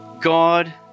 God